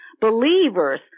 believers